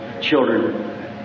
Children